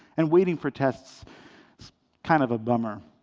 and waiting for tests kind of a bummer.